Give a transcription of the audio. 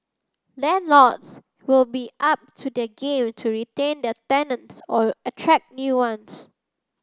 landlords will be up to their game to retain their tenants or attract new ones